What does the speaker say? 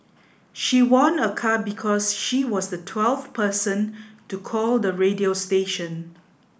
she won a car because she was the twelfth person to call the radio station